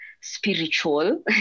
spiritual